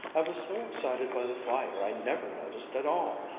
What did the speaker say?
i was so excited by the fire i never noticed at all.